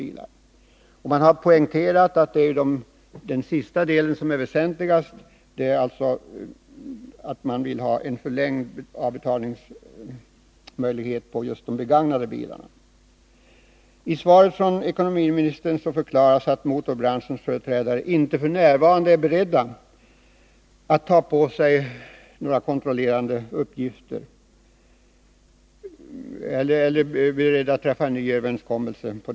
MRF har poängterat att det väsentligaste är att få en förlängd avbetalningstid för de begagnade bilarna. I ekonomiministerns svar förklaras att motorbranschens företrädare inte f. n. är beredda att ta på sig några kontrollerande uppgifter genom att träffa en ny överenskommelse.